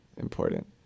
important